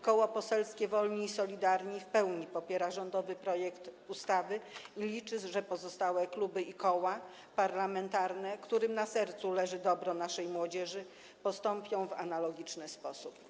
Koło Poselskie Wolni i Solidarni w pełni popiera rządowy projekt ustawy i liczy na to, że pozostałe kluby i koła parlamentarne, którym leży na sercu dobro naszej młodzieży, postąpią w analogiczny sposób.